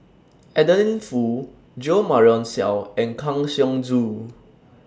Adeline Foo Jo Marion Seow and Kang Siong Joo